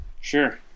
Sure